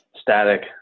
static